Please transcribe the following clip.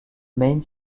main